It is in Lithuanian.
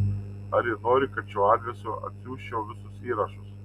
ar ji nori kad šiuo adresu atsiųsčiau visus įrašus